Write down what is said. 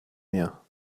mehr